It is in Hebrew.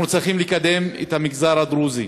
אנחנו צריכים לקדם את המגזר הדרוזי